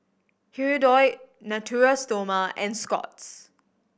Hirudoid Natura Stoma and Scott's